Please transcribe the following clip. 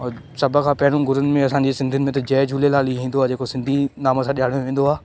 और सभु खां पहिरियों गुरुनि में असांजी सिंधीयुनि में त जय झूलेलाल ई ईंदो आहे जेको सिंधी नाम सां ॼाणे वेंदो आहे